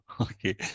Okay